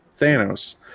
thanos